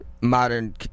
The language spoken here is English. modern